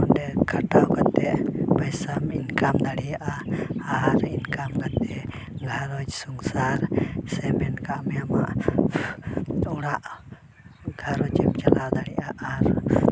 ᱚᱸᱰᱮ ᱠᱷᱟᱴᱟᱣ ᱠᱟᱛᱮ ᱯᱚᱭᱥᱟᱢ ᱤᱱᱠᱟᱢ ᱫᱟᱲᱮᱭᱟᱜᱼᱟ ᱟᱨ ᱤᱱᱠᱟᱢ ᱠᱟᱛᱮ ᱜᱷᱟᱨᱚᱸᱡᱽ ᱥᱚᱝᱥᱟᱨᱥᱮ ᱤᱱᱠᱟᱢ ᱢᱟ ᱚᱲᱟᱜ ᱜᱷᱟᱨᱚᱸᱡᱽ ᱮᱢ ᱪᱟᱞᱟᱣ ᱫᱟᱲᱮᱭᱟᱜᱼᱟ ᱟᱨ